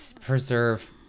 Preserve